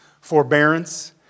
forbearance